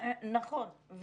נכון,